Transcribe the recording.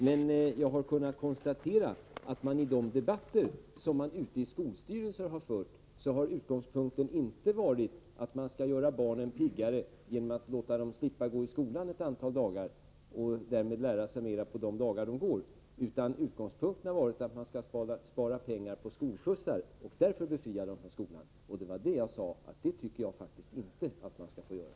Jag har dock kunnat konstatera att i de debatter som förts ute i skolstyrelserna har utgångspunkten inte varit att man skulle göra barnen piggare genom att låta dem slippa gå i skola ett antal dagar och därmed tvingas lära sig mer under de dagar de går, utan utgångspunkten har varit att man skulle spara pengar på skolskjutsar — och därför befria barnen från en skoldag. Det var detta jag sade att jag faktiskt inte tycker att man skall få göra.